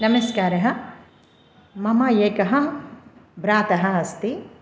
नमस्कारः मम एकः भ्राता अस्ति